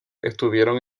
estuvieron